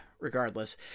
regardless